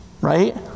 right